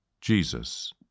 Jesus